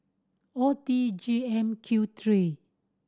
O T G M Q three